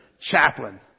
chaplain